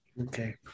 Okay